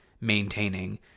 maintaining